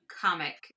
comic